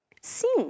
Sim